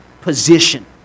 position